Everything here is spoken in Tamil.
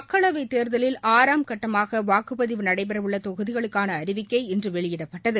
மக்களவைத் தேர்தலில் ஆறாம் கட்டமாக வாக்குப்பதிவு நடைபெறவுள்ள தொகுதிகளுக்கான அறிவிக்கை இன்று வெளியிடப்பட்டது